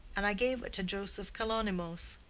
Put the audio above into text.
and i gave it to joseph kalonymos.